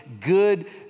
good